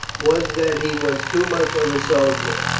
was that he was too much of a soldier.